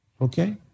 Okay